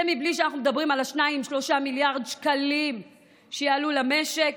זה בלי שאנחנו מדברים על 3-2 מיליארד השקלים שזה יעלה למשק,